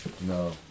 No